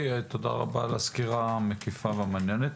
תודה רבה על הסקירה המקיפה והמעניינת.